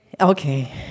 Okay